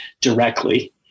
directly